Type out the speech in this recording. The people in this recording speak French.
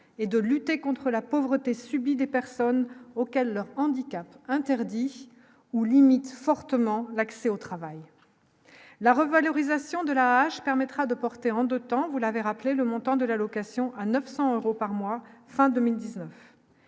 et de lutter contre la pauvreté subit des personnes auxquelles leur handicap interdit ou limite fortement l'accès au travail, la revalorisation de la vache permettra de porter en 2 temps, vous l'avez rappelé le montant de l'allocation à 900 euros par mois fin 2019.